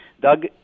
Doug